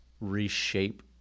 reshape